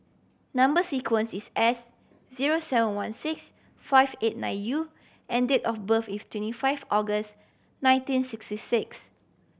number sequence is S zero seven one six five eight nine U and date of birth is twenty five August nineteen sixty six